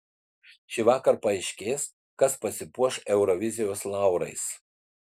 šįvakar paaiškės kas pasipuoš eurovizijos laurais